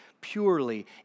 purely